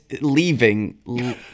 leaving